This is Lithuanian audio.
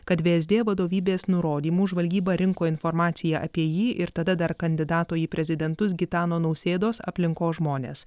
kad vsd vadovybės nurodymu žvalgyba rinko informaciją apie jį ir tada dar kandidato į prezidentus gitano nausėdos aplinkos žmones